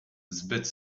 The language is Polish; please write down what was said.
zbyt